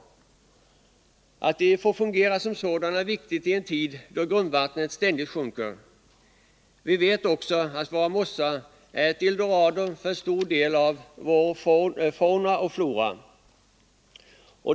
Det är mycket viktigt att mossarna får fungera som vattenreservoarer, i en tid då grundvattnet ständigt sjunker. Vidare vet vi att våra mossar är ett eldorado för många arter av vår fauna och flora.